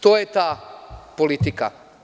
To je ta politika.